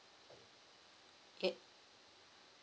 ye~